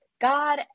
God